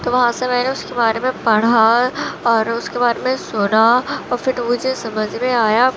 تو وہاں سے میں نے اس کے بارے میں پڑھا اور اس کے بارے میں سنا اور پھر مجھے سمجھ میں آیا